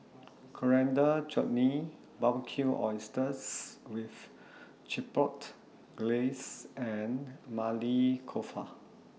Coriander Chutney Barbecued Oysters with Chipotle Glaze and Maili Kofta